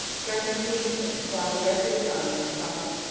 fronting queenston, while the rest of his army was crossing.